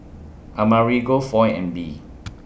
Amerigo Foy and Bee